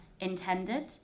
intended